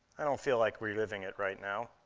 i don't feel like reliving it right now.